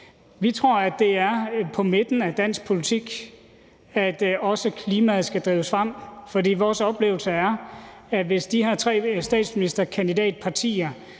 Vi tror, at det er i midten af dansk politik, at også klimaområdet skal drives frem, for vores oplevelse er, at hvis de her tre statsministerkandidatpartier